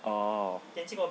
oh